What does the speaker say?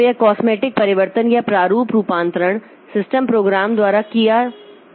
तो यह कॉस्मेटिक परिवर्तन या यह प्रारूप रूपांतरण सिस्टम प्रोग्राम द्वारा किया जाता है